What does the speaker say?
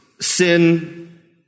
sin